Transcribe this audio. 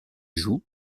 joues